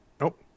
Nope